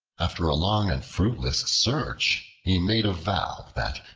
after a long and fruitless search, he made a vow that,